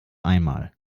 einmal